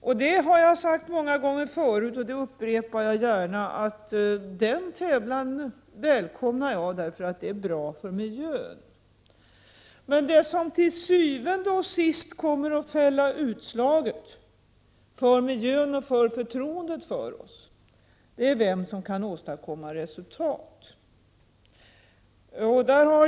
Jag har sagt det många gånger förut och upprepar det gärna, att den tävlan välkomnar jag, därför att den är bra för miljön. Men det som til syvende og sidst kommer att fälla utslaget för miljön och för förtroendet för oss är vem som kan åstadkomma resultat.